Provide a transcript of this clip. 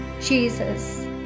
Jesus